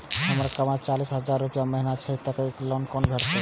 हमर कमाय चालीस हजार रूपया महिना छै कतैक तक लोन भेटते?